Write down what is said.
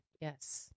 Yes